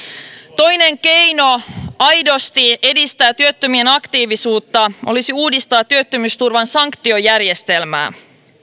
toinen keino aidosti edistää työttömien aktiivisuutta olisi uudistaa työttömyysturvan sanktiojärjestelmää